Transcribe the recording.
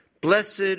Blessed